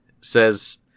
says